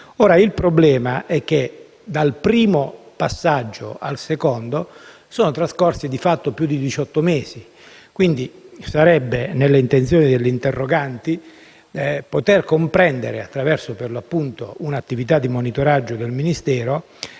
121. Il problema è che dal primo passaggio al secondo sono trascorsi di fatto più di diciotto mesi. Sarebbe quindi nelle intenzioni degli interpellanti poter comprendere, attraverso un'attività di monitoraggio del Ministero,